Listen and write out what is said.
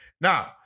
Now